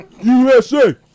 USA